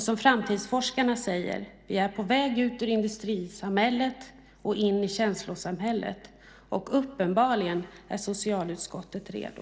Som framtidsforskarna säger: Vi är på väg ut ur industrisamhället och in i känslosamhället. Och uppenbarligen är socialutskottet redo.